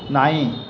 ನಾಯಿ